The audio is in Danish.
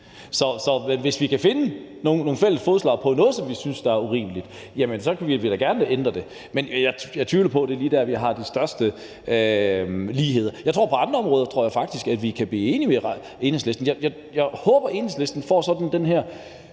Så hvis vi kan finde fælles fodslag om noget, som vi synes er urimeligt, så vil vi da gerne ændre det, men jeg tvivler på, at det lige er der, vi har de største ligheder. Jeg tror faktisk, at vi på andre områder kan blive enige med Enhedslisten. Jeg håber, at Enhedslisten får en